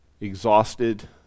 exhausted